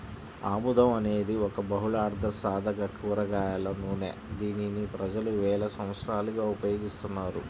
ఆముదం అనేది ఒక బహుళార్ధసాధక కూరగాయల నూనె, దీనిని ప్రజలు వేల సంవత్సరాలుగా ఉపయోగిస్తున్నారు